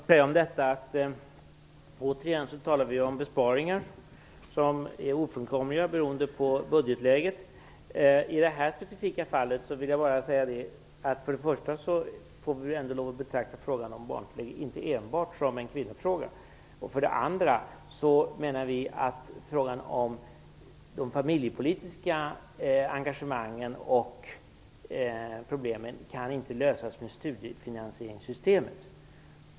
Herr talman! Jag vill bara säga om detta att vi återigen talar om besparingar som är ofrånkomliga beroende på budgetläget. I det här specifika fallet vill jag för det första framhålla att vi väl ändå får lov att inte enbart betrakta frågan om barntillägget som en kvinnofråga. För det andra menar vi att frågan om de familjepolitiska engagemangen och problemen inte kan lösas med studiefinansieringssystemet.